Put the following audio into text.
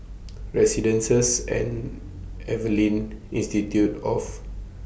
Residences At Evelyn Institute of